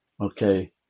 okay